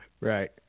Right